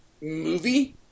movie